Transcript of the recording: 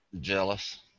Jealous